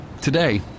Today